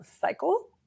cycle